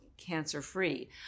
cancer-free